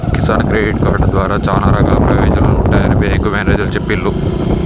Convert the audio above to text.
Kisan credit card ద్వారా చానా రకాల ప్రయోజనాలు ఉంటాయని బేంకు మేనేజరు చెప్పిన్రు